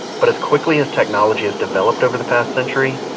but as quickly as technology has developed over the past century,